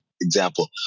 example